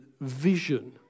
vision